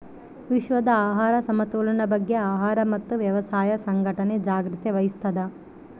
ವಿಶ್ವದ ಆಹಾರ ಸಮತೋಲನ ಬಗ್ಗೆ ಆಹಾರ ಮತ್ತು ವ್ಯವಸಾಯ ಸಂಘಟನೆ ಜಾಗ್ರತೆ ವಹಿಸ್ತಾದ